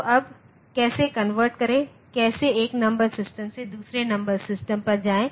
तो अब कैसे कन्वर्ट करें कैसे एक नंबर सिस्टम से दूसरे नंबर सिस्टम पर जाएं